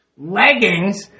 Leggings